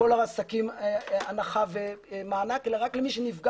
לכל העסקים הנחה ומענק אלא רק למי שנפגע